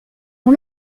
ont